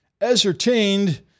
ascertained